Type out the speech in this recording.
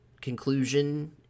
conclusion –